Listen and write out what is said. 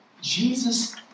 Jesus